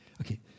Okay